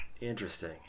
Interesting